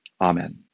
Amen